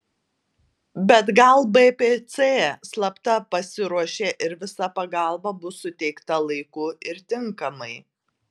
bet gal bpc slapta pasiruošė ir visa pagalba bus suteikta laiku ir tinkamai